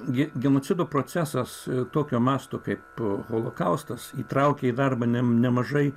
gi genocido procesas tokio masto kaip holokaustas įtraukia į darbą nem nemažai